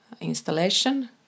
installation